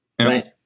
Right